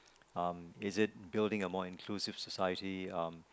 um is it building a more inclusive society um